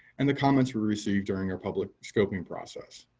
and the comments we received during our public scoping process.